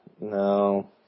No